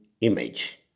image